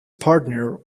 partner